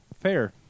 fair